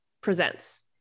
presents